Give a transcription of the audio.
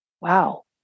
wow